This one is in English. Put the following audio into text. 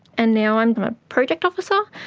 and now i'm a project officer,